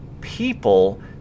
people